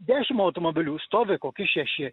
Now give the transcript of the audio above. dešim automobilių stovi kokie šeši